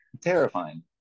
Terrifying